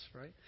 right